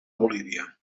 bolívia